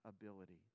ability